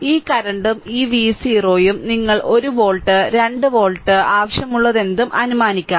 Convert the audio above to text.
ഈ കറന്റും ഈ V0 ഉം നിങ്ങൾക്ക് 1 വോൾട്ട് 2 വോൾട്ട് ആവശ്യമുള്ളതെന്തും അനുമാനിക്കാം